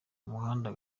umuhanda